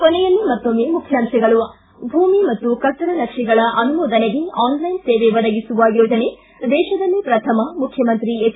ಕೊನೆಯಲ್ಲಿ ಮತ್ತೊಮ್ಮೆ ಮುಖ್ಯಾಂಶಗಳು ಿ ಭೂಮಿ ಮತ್ತು ಕಟ್ಟಡ ನಕ್ಷೆಗಳ ಅನುಮೋದನೆಗೆ ಆನ್ಲೈನ್ ಸೇವೆ ಒದಗಿಸುವ ಯೋಜನೆ ದೇತದಲ್ಲೆ ಪ್ರಥಮ ಮುಖ್ಚಮಂತ್ರಿ ಎಚ್